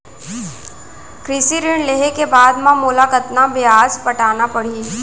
कृषि ऋण लेहे के बाद म मोला कतना ब्याज पटाना पड़ही?